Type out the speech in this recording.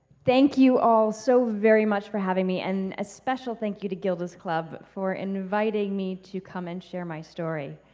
thank you all so very much for having me and a special thank you to gilda's club for inviting me to come and share my story.